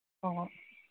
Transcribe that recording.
ꯍꯣꯏ ꯍꯣꯏ